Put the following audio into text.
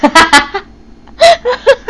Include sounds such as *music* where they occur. *laughs*